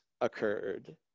occurred